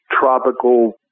tropical